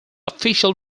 official